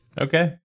Okay